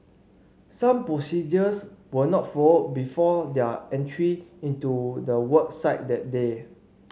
some procedures were not before their entry into the work site that day